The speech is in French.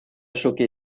choqué